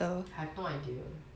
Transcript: I have no idea